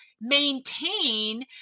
maintain